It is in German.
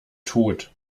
tod